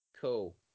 Cool